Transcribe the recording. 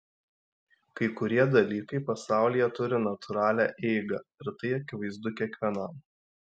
kai kurie dalykai pasaulyje turi natūralią eigą ir tai akivaizdu kiekvienam